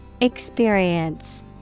Experience